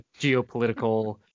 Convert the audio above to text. geopolitical